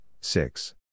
six